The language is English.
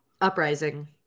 Uprising